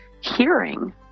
hearing